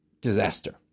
disaster